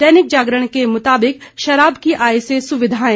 दैनिक जागरण के मुताबिक शराब की आय से सुविधाएं